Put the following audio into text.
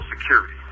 security